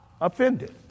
Offended